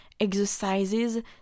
exercises